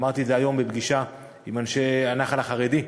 אמרתי את זה היום בפגישה עם אנשי הנח"ל החרדי.